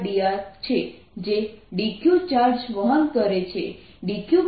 dr છે જે dq charge વહન કરે છે dq2πr